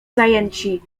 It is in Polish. zajęci